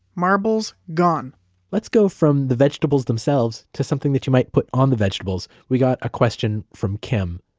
marbles gone let's go from the vegetables themselves to something that you might put on the vegetables. we got a question from kim.